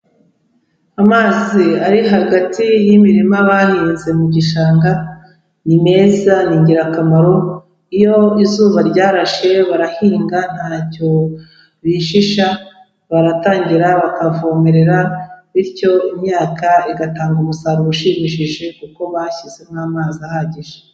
Amazi ari hagati y'imirima bahinze mu gishanga, ni meza ni ingirakamaro, iyo izuba ryarashe barahinga ntacyo bishisha, baratangira bakavomerera, bityo imyaka igatanga umusaruro ushimishije, kuko bashyizemo amazi ahagije.